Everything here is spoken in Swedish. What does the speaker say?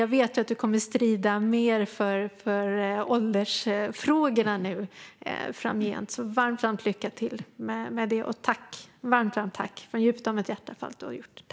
Jag vet att du kommer att strida mer för åldersfrågorna framöver. Varmt lycka till med det, och varmt tack från djupet av mitt hjärta för allt du har gjort!